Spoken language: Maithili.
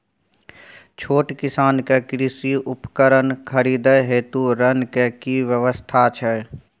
छोट किसान के कृषि उपकरण खरीदय हेतु ऋण के की व्यवस्था छै?